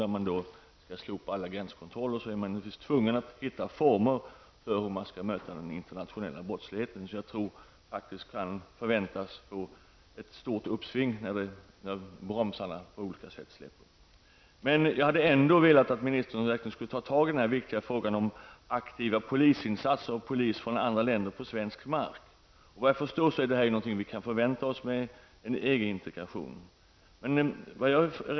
När alla gränskontroller skall slopas är man naturligtvis tvungen att hitta former för hur man skall bemöta den internationella brottsligheten, som kan förväntas få ett stort uppsving nu när bromsarna släpps. Jag hade ändå önskat att ministern skulle ta tag i den viktiga frågan om aktiva polisinsatser av polis från andra länder på svensk mark. Såvitt jag förstår är detta något som vi kan förvänta oss vid en EG integration.